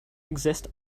exist